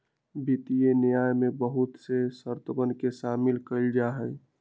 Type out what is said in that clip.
वित्तीय न्याय में बहुत से शर्तवन के शामिल कइल जाहई